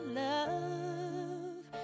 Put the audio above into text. love